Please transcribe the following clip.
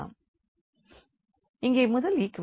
இங்கே முதல் equation x2y4